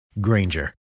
Granger